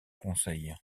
conseil